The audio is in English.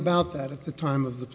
about that at the time of the